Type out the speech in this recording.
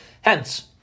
Hence